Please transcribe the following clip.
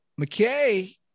McKay